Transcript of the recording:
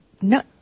No